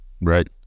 Right